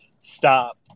stop